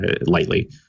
lightly